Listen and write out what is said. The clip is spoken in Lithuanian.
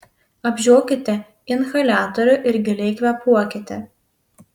apžiokite inhaliatorių ir giliai kvėpuokite